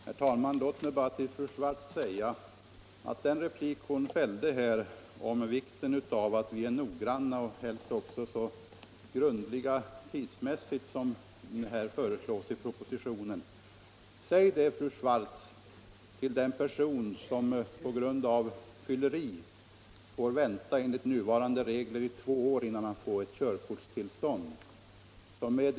Herr talman! Fru Swartz talade i en replik här om vikten av att man är noggrann och helst också tar så grundlig tid på sig som föreslås i propositionen. Säg det, fru Swartz, till den person som på grund av fylleri får vänta i två år enligt nuvarande regler innan han kan få ett nytt körkort!